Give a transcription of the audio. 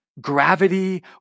gravity